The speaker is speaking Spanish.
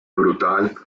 brutal